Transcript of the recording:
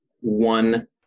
one